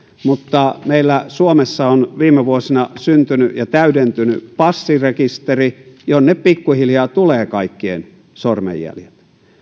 mutta meillä suomessa on viime vuosina syntynyt ja täydentynyt passirekisteri jonne pikkuhiljaa tulee kaikkien sormenjäljet